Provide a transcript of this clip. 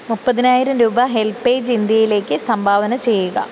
മുപ്പതിനായിരം രൂപ ഹെൽപ്പേജ് ഇൻഡ്യയിലേക്ക് സംഭാവന ചെയ്യുക